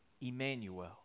Emmanuel